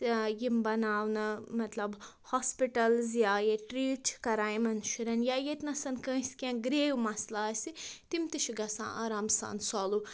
یِم بناونہٕ مطلب ہاسپِٹَلٕز یا ییٚتہِ ٹرٛیٖٹ چھِ کران یِمَن شُرٮ۪ن یا ییٚتہِ نَسَن کٲنٛسہِ کیٚنہہ گرٛیو مسلہٕ آسہِ تِم تہِ چھِ گژھان آرام سان سالُو